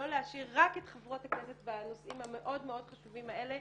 לא להשאיר רק את חברות הכנסת בנושאים המאוד מאוד חשובים האלה.